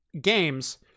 games